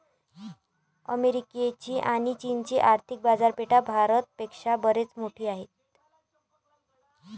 अमेरिकेची आणी चीनची आर्थिक बाजारपेठा भारत पेक्षा बरीच मोठी आहेत